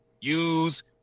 use